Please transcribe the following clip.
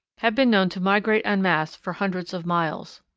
have been known to migrate en masse for hundreds of miles.